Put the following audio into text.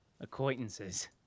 acquaintances